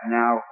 now